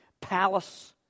Palace